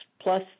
plus